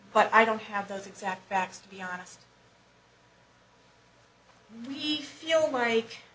but i don't have those exact facts to be honest we feel like